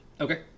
Okay